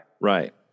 Right